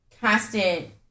constant